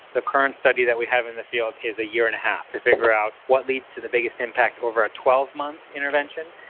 the current study that we have in the field is a year and a half to figure out what leads to the biggest impact over a twelve month intervention,